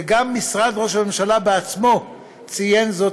וגם משרד ראש הממשלה עצמו ציין זאת,